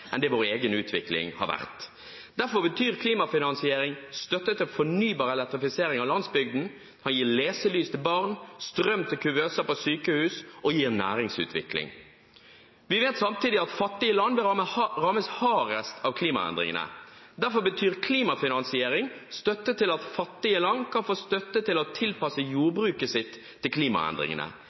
enn det vår egen utvikling har vært. Derfor betyr klimafinansiering støtte til fornybar elektrifisering av landsbygden, leselys til barn, strøm til kuvøser på sykehus og næringsutvikling. Vi vet samtidig at fattige land rammes hardest av klimaendringene. Derfor betyr klimafinansiering at fattige land kan få støtte til å tilpasse jordbruket sitt til klimaendringene.